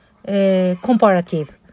comparative